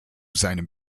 seinen